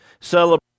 celebrate